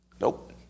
Nope